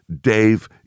Dave